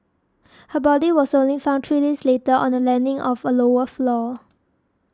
her body was only found three days later on the landing of a lower floor